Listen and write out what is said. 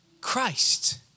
Christ